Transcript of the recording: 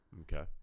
Okay